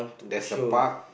there's a park